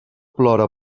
plora